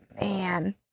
man